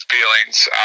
feelings